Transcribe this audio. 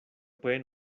pueden